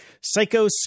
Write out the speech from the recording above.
Psycho